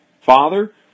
Father